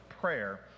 prayer